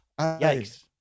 Yikes